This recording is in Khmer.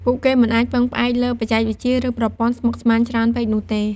ពួកគេមិនអាចពឹងផ្អែកលើបច្ចេកវិទ្យា ឬប្រព័ន្ធស្មុគស្មាញច្រើនពេកនោះទេ។